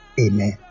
Amen